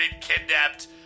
kidnapped